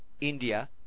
India